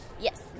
yes